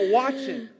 watching